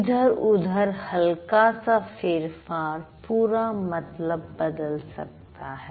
इधर उधर हल्का सा फेरफार पूरा मतलब बदल सकता है